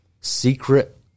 secret